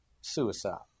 suicide